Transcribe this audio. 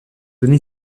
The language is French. donné